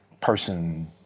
person